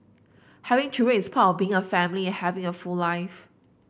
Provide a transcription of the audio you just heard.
having children is part of being a family and having a full life